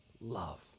love